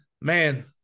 man